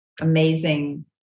amazing